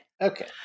Okay